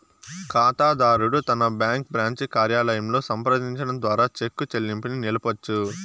కాతాదారుడు తన bank branch కార్యాలయంలో సంప్రదించడం ద్వారా చెక్కు చెల్లింపుని నిలపొచ్చు